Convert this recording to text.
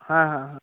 হ্যাঁ হ্যাঁ হ্যাঁ